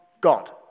God